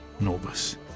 Norbus